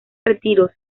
retiros